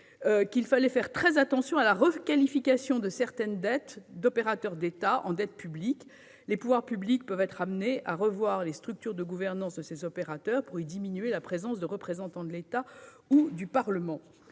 il faudra faire très attention à la requalification de certaines dettes d'opérateurs de l'État en dettes publiques. Les pouvoirs publics peuvent être appelés à revoir les structures de gouvernance de ces opérateurs pour y diminuer la présence des représentants de l'État ou du Parlement.